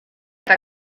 eta